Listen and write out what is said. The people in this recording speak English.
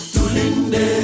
Tulinde